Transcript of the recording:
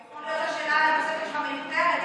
כי יכול שהשאלה כבר מיותרת.